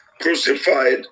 crucified